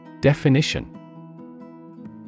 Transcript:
Definition